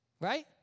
Right